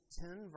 ten